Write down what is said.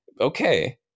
Okay